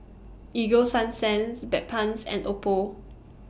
Ego Sunsense Bedpans and Oppo